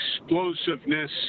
explosiveness